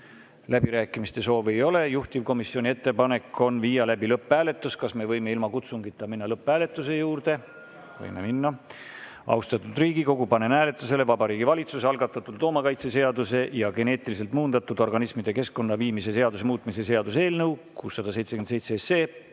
Läbirääkimiste soovi ei ole. Juhtivkomisjoni ettepanek on viia läbi lõpphääletus. Kas me võime ilma kutsungita minna lõpphääletuse juurde? Võime minna. Austatud Riigikogu, panen hääletusele Vabariigi Valitsuse algatatud loomakaitseseaduse ja geneetiliselt muundatud organismide keskkonda viimise seaduse muutmise seaduse eelnõu 677.